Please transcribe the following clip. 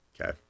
Okay